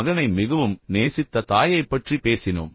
மகனை மிகவும் நேசித்த தாயைப் பற்றி பேசினோம்